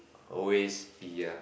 always be yeah